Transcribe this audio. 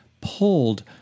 pulled